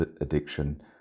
addiction